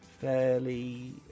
fairly